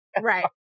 Right